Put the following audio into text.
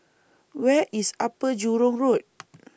Where IS Upper Jurong Road